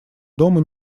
дома